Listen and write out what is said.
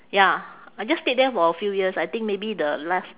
ya I just stayed there for a few years I think maybe the last